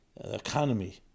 economy